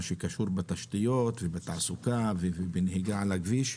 שקשור לתשתיות, לתעסוקה ולנהיגה על הכביש.